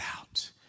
out